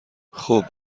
خوب